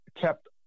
kept